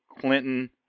Clinton